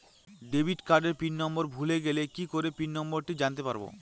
Debit কার্ডের pin number ভুলে গেলে কি করে পিন নম্বরটি জানতে পারবো?